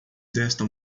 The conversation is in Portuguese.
desta